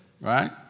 right